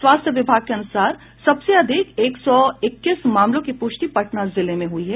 स्वास्थ्य विभाग के अनुसार सबसे अधिक एक सौ इक्कीस मामलों की पुष्टि पटना जिले में हुई है